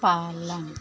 पालन